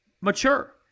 mature